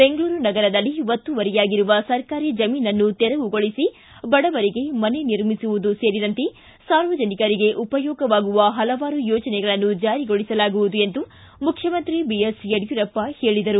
ಬೆಂಗಳೂರು ನಗರದಲ್ಲಿ ಒತ್ತುವರಿಯಾಗಿರುವ ಸರ್ಕಾರಿ ಜಮೀನನ್ನು ತೆರೆವುಗೊಳಿಸಿ ಬಡವರಿಗೆ ಮನೆ ನಿರ್ಮಿಸುವುದು ಸೇರಿದಂತೆ ಸಾರ್ವಜನಿಕರಿಗೆ ಉಪಯೋಗವಾಗುವ ಹಲವಾರು ಯೋಜನೆಗಳನ್ನು ಜಾರಿಗೊಳಸಲಾಗುವುದು ಎಂದು ಮುಖ್ಯಮಂತ್ರಿ ಬಿಎಸ್ ಯಡಿಯೂರಪ್ಪ ಹೇಳಿದರು